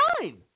nine